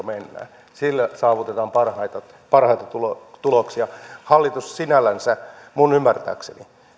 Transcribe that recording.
mennään sillä saavutetaan parhaita parhaita tuloksia tuloksia hallitus sinällänsä minun ymmärtääkseni